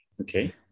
Okay